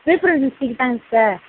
Villupuram district தாங்க sir